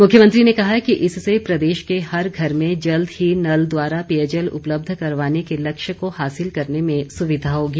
मुख्यमंत्री ने कहा इससे प्रदेश के हरघर में जल्द ही नल द्वारा पेयजल उपलब्ध करवाने के लक्षय को हासिल करने में सुविधा होगी